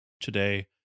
today